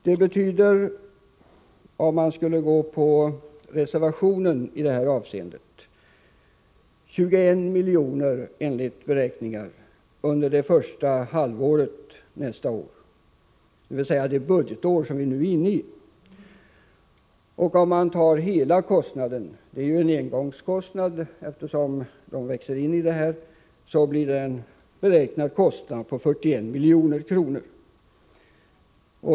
Det betyder enligt beräkningar i reservationen 21 milj.kr. under det första halvåret nästa år, dvs. under det budgetår som löper. Hela kostnaden — det är en engångskostnad, eftersom ungdomarna växer in i de nya bestämmelserna — beräknas bli 41 milj.kr.